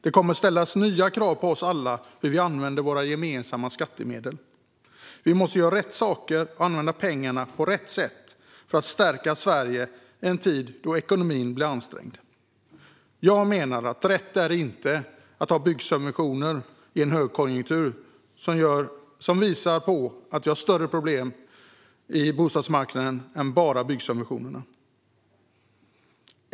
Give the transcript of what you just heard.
Det kommer att ställas nya krav på oss alla i fråga om hur vi använder våra gemensamma skattemedel. Vi måste göra rätt saker och använda pengarna på rätt sätt för att stärka Sverige i en tid då ekonomin blir ansträngd. Jag menar att det inte är rätt att ha byggsubventioner i en högkonjunktur. Men vi har större problem på bostadsmarknaden än bara byggsubventionerna.